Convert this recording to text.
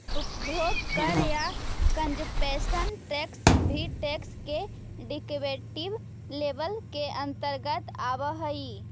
उपभोग कर या कंजप्शन टैक्स भी टैक्स के डिस्क्रिप्टिव लेबल के अंतर्गत आवऽ हई